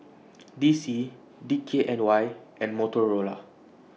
D C D K N Y and Motorola